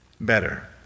better